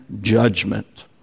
judgment